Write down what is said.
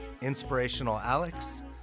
InspirationalAlex